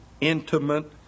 intimate